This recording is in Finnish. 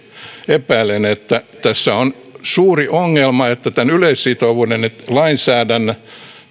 epäilen että tässä on suuri ongelma että tämän yleissitovuuden lainsäädännön